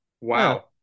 wow